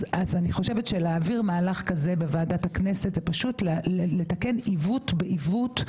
אז אני חושבת שלהעביר מהלך כזה בוועדה בכנסת זה פשוט לתקן עיוות בעיוות,